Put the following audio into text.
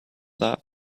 love